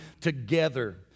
together